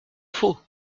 faut